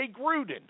Gruden